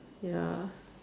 ya